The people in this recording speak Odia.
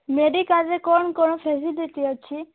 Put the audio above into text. ମେଡିକାଲ୍ରେ କ'ଣ କ'ଣ ଫ୍ୟାସିଲିଟି ଅଛି